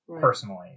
personally